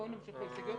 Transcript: בואו נמשיך בהסתייגויות,